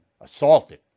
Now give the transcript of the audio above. assaulted